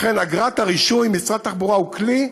לכן, אגרת הרישוי, משרד התחבורה הוא כלי,